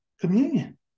Communion